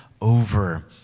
over